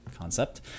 concept